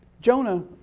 Jonah